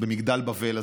במגדל בבל הזה: